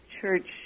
Church